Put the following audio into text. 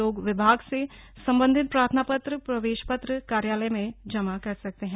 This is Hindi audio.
लोग विभाग से संबंधित प्रार्थना पत्र प्रवेश पत्र कार्यालय में जमा कर सकते हैं